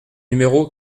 numéro